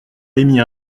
émis